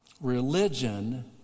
Religion